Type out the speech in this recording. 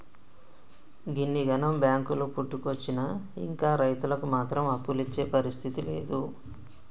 గిన్నిగనం బాంకులు పుట్టుకొచ్చినా ఇంకా రైతులకు మాత్రం అప్పులిచ్చే పరిస్థితి లేదు